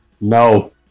No